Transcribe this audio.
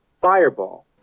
Fireball